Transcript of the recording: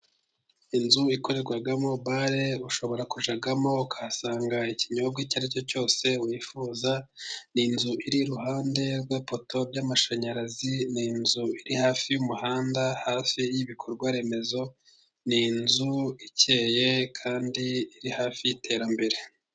Inzu ikorerwamo bale ushobora kujyamo ukahasanga ikinyobwa icyo ari cyo cyose wifuza, inzu iri iruhande rw'ipoto y'amashanyarazi, n'inzu iri hafi y'umuhanda hafi y'ibikorwa remezo, n'inzu ikeye kandi iri hafi y'iterambere.